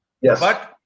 yes